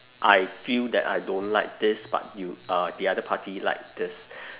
I feel that I don't like this but you uh the other party like this